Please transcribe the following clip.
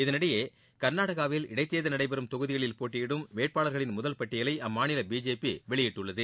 இதனிடையே கர்நாடகாவில் இடைத்தேர்தல் நடைபெறும் தொகுதிகளில் போட்டியிடும் வேட்பாளர்களின் முதல் பட்டியலை அம்மாநில பிஜேபி வெளியிட்டுள்ளது